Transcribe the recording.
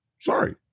Sorry